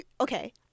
okay